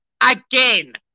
Again